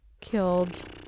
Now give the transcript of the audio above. killed